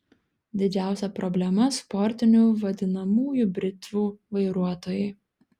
didžiausia problema sportinių vadinamųjų britvų vairuotojai